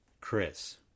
Chris